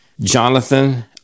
Jonathan